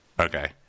Okay